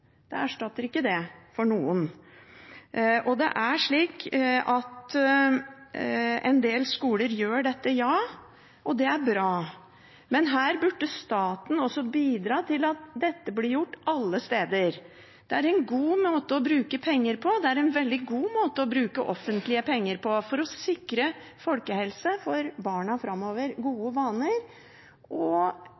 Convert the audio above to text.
Det erstatter ikke det for noen. Det er slik at en del skoler gjør dette – ja. Det er bra, men her burde staten bidra til at dette blir gjort alle steder. Det er en god måte å bruke penger på, det er en veldig god måte å bruke offentlige penger på, for å sikre folkehelse for barna framover